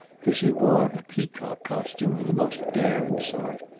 for she wore a peacock costume of the most daring sort.